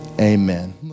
amen